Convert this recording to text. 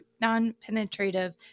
non-penetrative